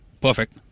perfect